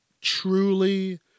truly